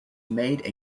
made